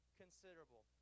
considerable